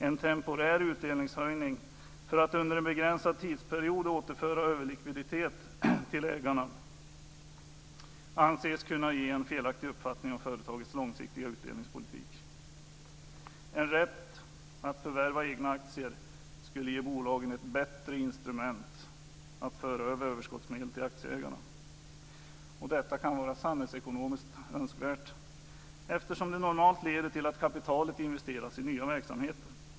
En temporär utdelningshöjning för att under en begränsad tidsperiod återföra överlikviditet till ägarna anses kunna ge en felaktig uppfattning om företagets långsiktiga utdelningspolitik. En rätt att förvärva egna aktier skulle ge bolagen ett bättre instrument för att föra över överskottsmedel till aktieägarna. Detta kan vara samhällsekonomiskt önskvärt eftersom det normalt leder till att kapitalet investeras i nya verksamheter.